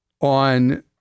on